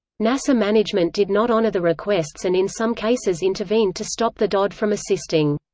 nasa management did not honor the requests and in some cases intervened to stop the dod from assisting.